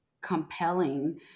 compelling